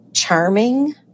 charming